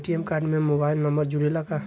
ATM card में mobile number जुरेला का?